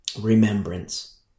remembrance